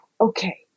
Okay